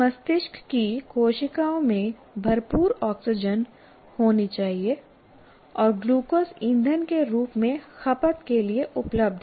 मस्तिष्क की कोशिकाओं में भरपूर ऑक्सीजन होनी चाहिए और ग्लूकोज ईंधन के रूप में खपत के लिए उपलब्ध है